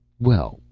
well,